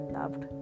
loved